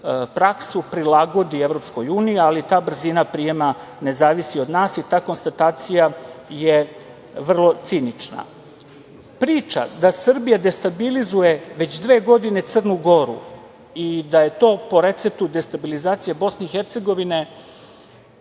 praksu prilagodi EU, ali ta brzina prijema ne zavisi od nas, jer ta konstatacija je vrlo cinična. Priča da Srbija destabilizuje već dve godine Crnu Goru i da je to po receptu destabilizacije BiH, pa to